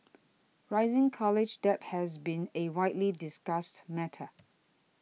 rising college debt has been a widely discussed matter